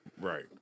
Right